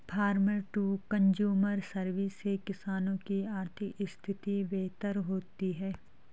farmer to consumer service से किसानों की आर्थिक स्थिति बेहतर होती है